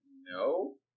no